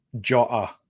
Jota